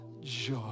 joy